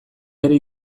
bere